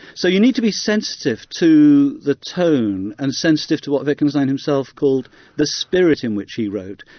so you need to be sensitive to the tone and sensitive to what wittgenstein himself called the spirit in which he wrote,